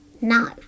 no